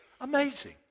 Amazing